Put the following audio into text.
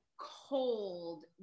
cold